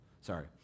Sorry